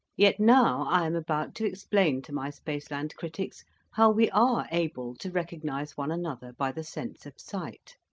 yet now i am about to explain to my spaceland critics how we are able to recognize one another by the sense of sight.